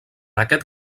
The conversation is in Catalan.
aquest